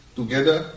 together